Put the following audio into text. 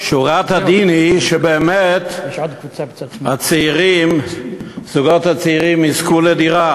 שורת הדין היא שבאמת זוגות צעירים יזכו לדירה,